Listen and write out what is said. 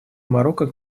марокко